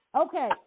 Okay